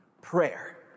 prayer